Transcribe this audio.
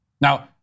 Now